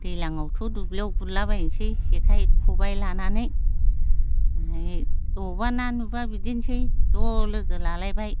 दैज्लांआवथ' दुब्लियाव गुरलाबायनसै जेखाइ खबाइ लानानै अबावबा ना नुब्ला बिदिनसै ज' लोगो लालायबाय